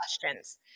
questions